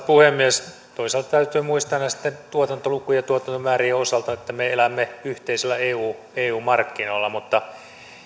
puhemies toisaalta täytyy muistaa näitten tuotantolukujen ja tuotantomäärien osalta että me elämme yhteisillä eu eu markkinoilla mutta